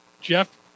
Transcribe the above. Jeff